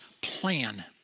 plan